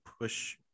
push